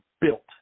built